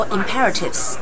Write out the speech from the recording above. imperatives